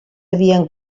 havien